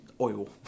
oil